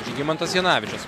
žygimantas janavičius